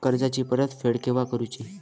कर्जाची परत फेड केव्हा करुची?